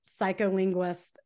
psycholinguist